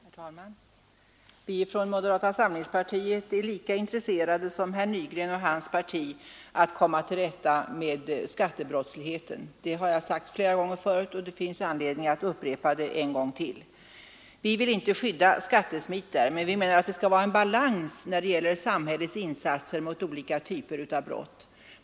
Herr talman! Vi från moderata samlingspartiet är lika intresserade som herr Nygren och hans parti av att komma till rätta med skattebrottsligheten. Det har jag sagt flera gånger förut, och det finns anledning att upprepa det. Vi vill inte skydda skattesmitare, men vi menar att det skall råda balans mellan samhällets insatser mot olika typer av brott.